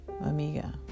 amiga